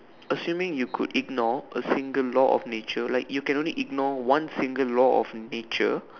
assuming you could ignore a single law of nature like you can only ignore one single law of nature